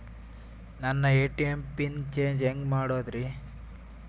ನನ್ನ ATM PIN change ಹೆಂಗ್ ಮಾಡೋದ್ರಿ?